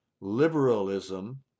liberalism